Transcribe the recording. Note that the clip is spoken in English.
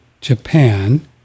Japan